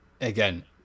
Again